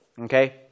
okay